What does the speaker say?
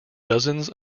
dozens